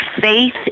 faith